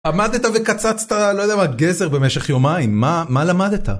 עמדת וקצצת, לא יודע מה, גזר במשך יומיים, מה מה למדת?